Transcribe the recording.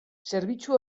zerbitzu